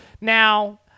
Now